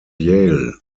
yale